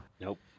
Nope